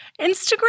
Instagram